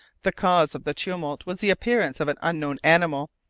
the cause of the tumult was the appearance of an unknown animal,